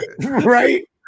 right